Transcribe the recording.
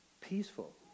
peaceful